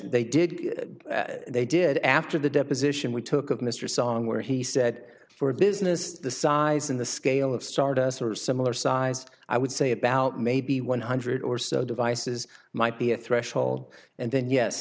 they did they did after the deposition we took of mr song where he said for a business the size in the scale of start a sort of similar size i would say about maybe one hundred or so devices might be a threshold and then yes